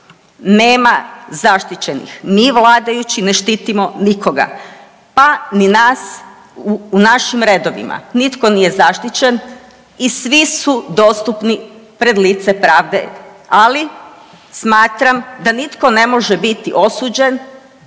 Nema zaštićenih, mi vladajući ne štitimo nikoga, pa ni nas u našim redovima. Nitko nije zaštićen i svi su dostupni pred lice pravde, ali smatram da nitko ne može biti osuđen